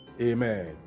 Amen